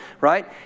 right